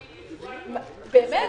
באמת,